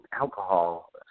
alcohol –